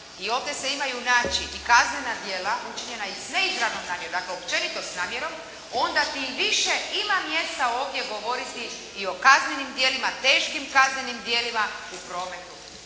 i ovdje se imaju naći i kaznena djela, učinjena iz neizravne namjere, dakle općenito s namjerom, onda tim više ima mjesta ovdje govoriti i o kaznenim djelima, teškim kaznenim djelima u prometu.